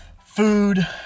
food